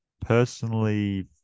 personally